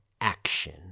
action